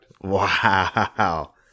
Wow